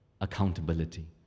accountability